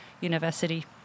University